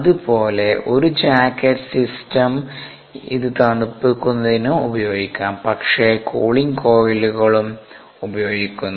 അതുപോലെ ഒരു jacket system ഇത് തണുപ്പിക്കുന്നതിനും ഉപയോഗിക്കാം പക്ഷേ കൂളിംഗ് കോയിലുകളും ഉപയോഗിക്കുന്നു